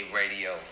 radio